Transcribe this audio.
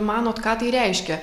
manot ką tai reiškia